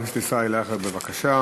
חבר הכנסת ישראל אייכלר, בבקשה.